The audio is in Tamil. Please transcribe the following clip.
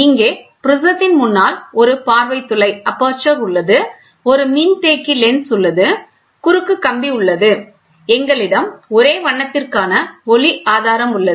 இங்கே ப்ரிஸத்தின் முன்னால் ஒரு பார்வை துளை உள்ளது ஒரு மின்தேக்கி லென்ஸ் உள்ளது குறுக்கு கம்பி உள்ளது எங்களிடம் ஒரே வண்ணத்திற்காண ஒளி ஆதாரம் உள்ளது